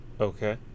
okay